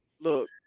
Look